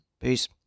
Peace